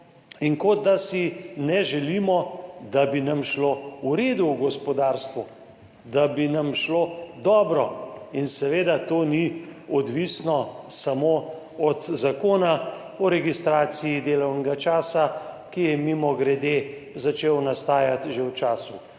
in kot da si ne želimo, da bi nam šlo v redu v gospodarstvu, da bi nam šlo dobro. Seveda to ni odvisno samo od zakona o registraciji delovnega časa, ki je mimogrede začel nastajati že v času